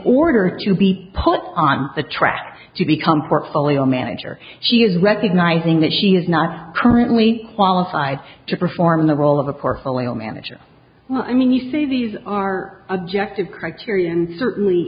or to be put on the track to become portfolio manager she is recognizing that she is not currently qualified to perform in the role of a portfolio manager i mean you say these are objective criteria and certainly